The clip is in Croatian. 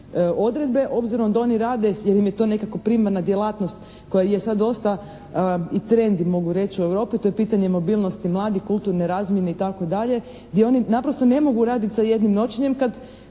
obzirom da oni rade jer im je to nikako primarna djelatnost koja je sada dosta i trend i mogu reći u Europi, to je pitanje mobilnosti mladih, kulturne razmjene itd. gdje oni naprosto ne mogu raditi sa jednim noćenjem